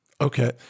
Okay